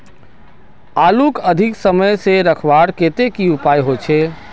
आलूक अधिक समय से रखवार केते की उपाय होचे?